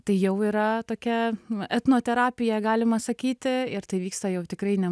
tai jau yra tokia nu etnoterapija galima sakyti ir tai vyksta jau tikrai ne